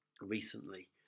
recently